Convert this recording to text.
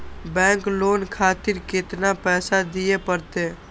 Bank loan खातीर केतना पैसा दीये परतें?